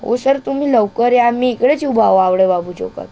ओ sir तुम्ही लवकर या मी इकडेच उभा आहे आवळे बाबू चौकात